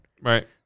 Right